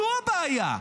זו הבעיה.